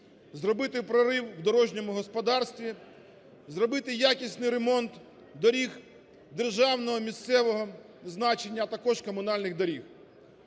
зробити прорив в дорожньому господарстві, зробити якісний ремонт доріг державного, місцевого значення, а також комунальних доріг.